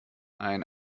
ein